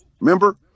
remember